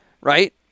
Right